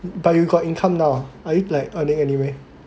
but you got income now ah are you like earning anyway